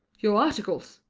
your articles.